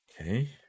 Okay